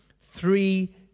Three